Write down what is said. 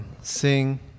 sing